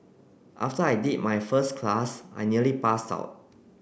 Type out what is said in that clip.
after I did my first class I nearly passed out